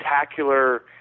spectacular